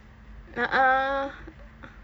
a'ah